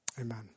amen